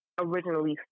originally